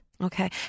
Okay